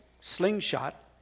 slingshot